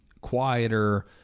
quieter